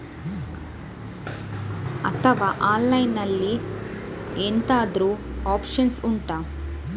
ಅಥವಾ ಆನ್ಲೈನ್ ಅಲ್ಲಿ ಎಂತಾದ್ರೂ ಒಪ್ಶನ್ ಉಂಟಾ